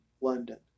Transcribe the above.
London